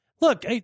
look